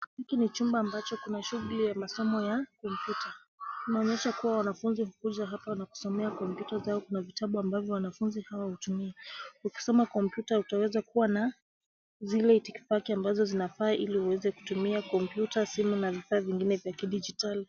Hiki ni chumba ambacho kina shughuli ya masomo ya kompyuta. Inaonyesha kuwa wanafunzi hukuja hapa na kusomea kompyuta zao. Kuna vitabu ambavyo wanafunzi hawa hutumia. Ukisoma kompyuta utaweza kuwa na zile itikifaki ambazo zinafaa ili uweze kutumia kompyuta, simu na vifaa vingine vya kidigitali.